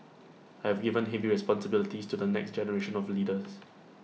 I have given heavy responsibilities to the next generation of leaders